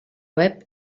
web